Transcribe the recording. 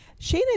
Shayna